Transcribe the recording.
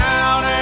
out